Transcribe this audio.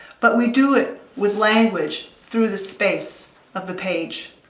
but we do it with language through the space of the page.